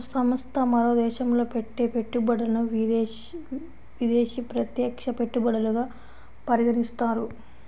ఒక సంస్థ మరో దేశంలో పెట్టే పెట్టుబడులను విదేశీ ప్రత్యక్ష పెట్టుబడులుగా పరిగణిస్తారు